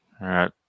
right